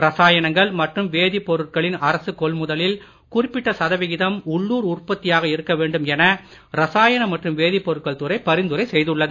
ரசாயனங்கள் மற்றும் வேதிப் பொருட்களின் அரசுக் கொள்முதலில் குறிப்பிட்ட சதவிகிதம் உள்ளூர் உற்பத்தியாக இருக்க வேண்டும் என ரசாயன மற்றும் வேதிப் பொருட்கள் துறை பரிந்துரை செய்துள்ளது